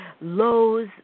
lows